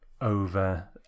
over